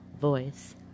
voice